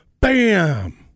bam